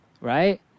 Right